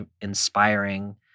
inspiring